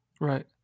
Right